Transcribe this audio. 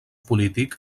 polític